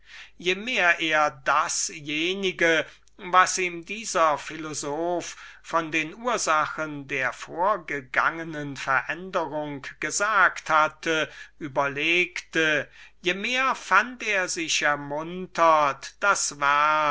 je mehr er dasjenige was ihm dieser philosoph von den ursachen der vorgegangenen veränderungen gesagt hatte überlegte je mehr fand er sich ermuntert das werk